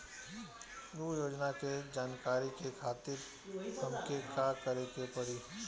उ योजना के जानकारी के खातिर हमके का करे के पड़ी?